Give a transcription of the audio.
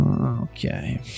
Okay